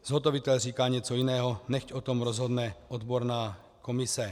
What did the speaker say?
Zhotovitel říká něco jiného, nechť o tom rozhodne odborná komise.